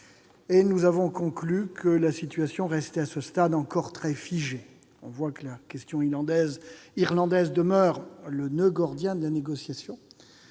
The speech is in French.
en avons conclu que la situation restait, à ce stade, encore très figée. La question irlandaise demeure le noeud gordien de la discussion.